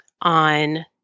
on